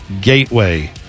Gateway